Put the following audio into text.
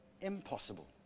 impossible